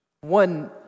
One